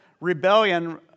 rebellion